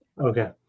Okay